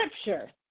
scripture